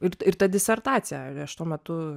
ir ir ta disertacija aš tuo metu